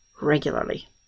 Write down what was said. regularly